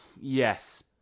Yes